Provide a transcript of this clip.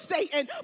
Satan